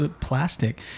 plastic